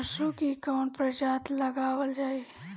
सरसो की कवन प्रजाति लगावल जाई?